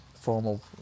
formal